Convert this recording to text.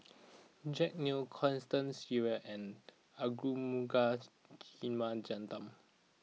Jack Neo Constance Sheares and Arumugam Vijiaratnam